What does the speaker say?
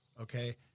okay